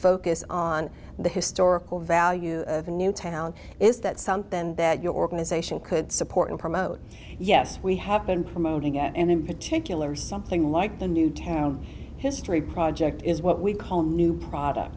focus on the historical value of a new town is that something and that your organization could support and promote yes we have been promoting and in particular something like a new town history project is what we call new product